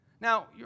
Now